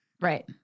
Right